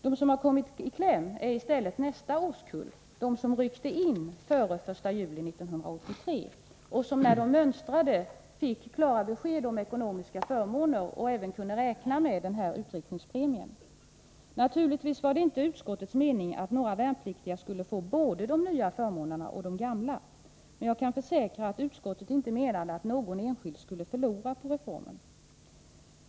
De som däremot kommit i kläm är nästa årskull — pojkar som ryckte in före den 1 juli 1983 och som vid mönstringen fick klara besked beträffande de ekonomiska förmånerna. De kunde räkna med att få utryckningspremien. Naturligtvis var det inte utskottets mening att några värnpliktiga skulle få både de nya förmånerna och de gamla. Jag kan försäkra att det inte var utskottets avsikt att någon enskild skulle förlora på reformen.